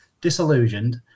Disillusioned